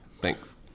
Thanks